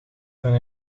van